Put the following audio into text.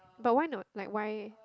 but why not like why